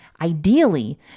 Ideally